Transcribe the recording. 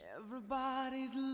Everybody's